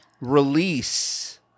release